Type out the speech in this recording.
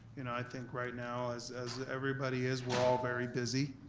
and i think right now, as as everybody is, we're all very busy,